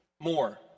More